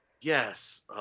Yes